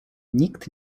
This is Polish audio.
nikt